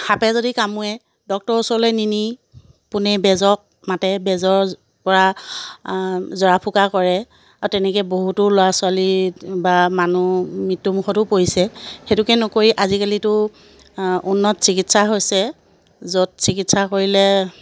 সাপে যদি কামোৰে ডক্তৰৰ ওচৰলৈ নিনি পোনে বেজক মাতে বেজৰ পৰা জৰা ফুকা কৰে আৰু তেনেকৈ বহুটো ল'ৰা ছোৱালী বা মানুহ মৃত্যু মুখতো পৰিছে সেইটোকে নকৰি আজিকালিতো উন্নত চিকিৎসা হৈছে য'ত চিকিৎসা কৰিলে